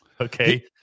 Okay